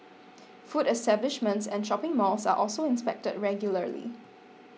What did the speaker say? food establishments and shopping malls are also inspected regularly